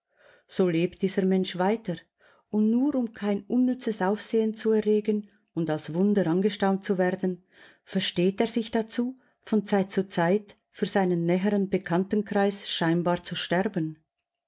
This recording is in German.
so lebt dieser mensch weiter und nur um kein unnützes aufsehen zu erregen und als wunder angestaunt zu werden versteht er sich dazu von zeit zu zeit für seinen näheren bekanntenkreis scheinbar zu sterben